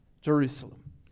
Jerusalem